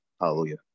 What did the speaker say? Hallelujah